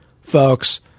folks